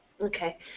Okay